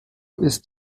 ist